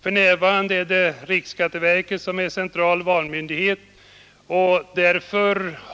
För närvarande är riksskatteverket central valmyndighet.